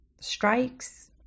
strikes